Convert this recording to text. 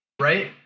right